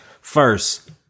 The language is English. First